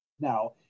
now